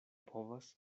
povas